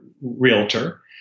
realtor